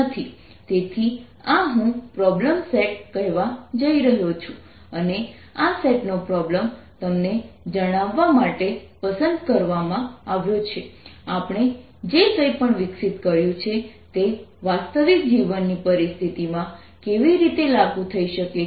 તેથી આ હું આ પ્રોબ્લેમ સેટ કહેવા જઇ રહ્યો છું અને આ સેટ નો પ્રોબ્લેમ તમને જણાવવા માટે પસંદ કરવામાં આવ્યો છે આપણે જે કંઈપણ વિકસિત કર્યું છે તે વાસ્તવિક જીવનની પરિસ્થિતિમાં કેવી રીતે લાગુ થઈ શકે છે